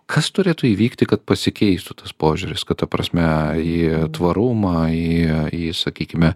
kas turėtų įvykti kad pasikeistų tas požiūris kad ta prasme į tvarumą į į sakykime